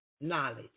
knowledge